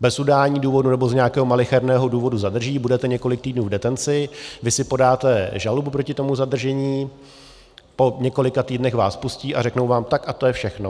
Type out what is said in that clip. bez udání důvodu nebo z nějakého malicherného důvodu zadrží, budete několik týdnů v detenci, vy si podáte žalobu proti tomu zadržení, po několika týdnech vás pustí a řeknou vám: Tak, a to je všechno.